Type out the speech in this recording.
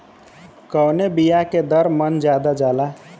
कवने बिया के दर मन ज्यादा जाला?